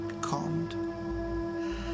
calmed